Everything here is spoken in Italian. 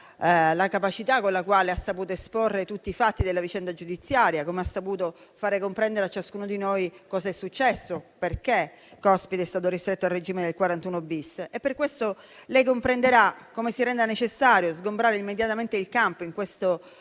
la capacità con la quale ha saputo esporre tutti i fatti della vicenda giudiziaria, come ha saputo far comprendere a ciascuno di noi cosa è successo e perché Cospito è stato ristretto al regime del 41-*bis*. Per questo lei comprenderà come si renda necessario sgombrare immediatamente il campo, in questo dibattito